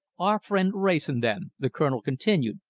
our friend wrayson, then, the colonel continued,